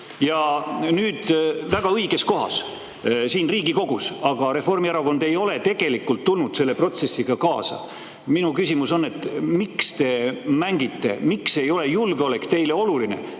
esitanud väga õiges kohas, siin Riigikogus, aga Reformierakond ei ole tegelikult selle protsessiga kaasa tulnud. Minu küsimus on, miks te mängite. Miks ei ole julgeolek teile oluline?